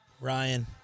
Ryan